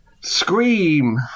scream